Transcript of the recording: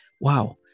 Wow